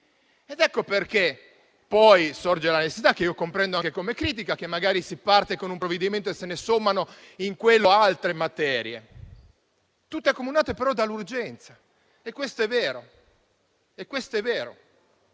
Ecco perché poi sorge la necessità, che io comprendo anche come critica, di partire con un provvedimento e di sommare poi in esso altre materie: tutte accomunate, però, dall'urgenza e questo è vero.